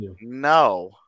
no